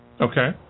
Okay